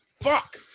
Fuck